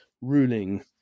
ruling